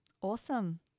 Awesome